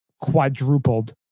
quadrupled